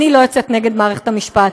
אני לא יוצאת נגד מערכת המשפט,